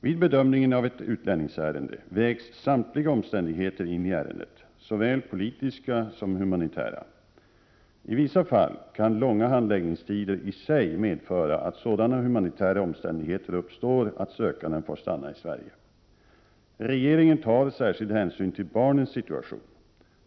Vid bedömningen av ett utlänningsärende vägs samtliga omständigheter in i ärendet, såväl politiska som humanitära. I vissa fall kan långa handläggningstider i sig medföra att sådana humanitära omständigheter uppstår, att sökanden får stanna i Sverige. Regeringen tar särskild hänsyn till barnens situation.